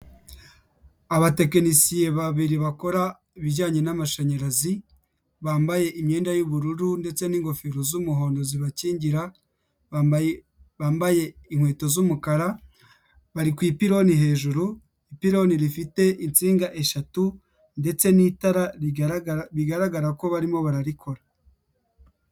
Abatekinisiye babiri bakora ibijyanye n'amashanyarazi bambaye imyenda y'ubururu ndetse n'ingofero z'umuhondo zibakingira, bambaye inkweto z'umukara bari ku ipironi hejuru, ipironi rifite insinga eshatu ndetse n'itara, bigaragara ko barimo bararikora.